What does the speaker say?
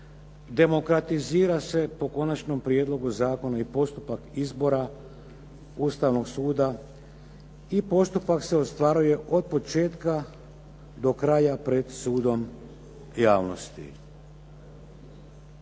demokratizira se po konačnom prijedlogu zakona i postupak izbora Ustavnog suda i postupak se ostvaruje od početka do kraja pred sudom javnosti.